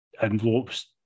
envelopes